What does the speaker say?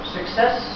Success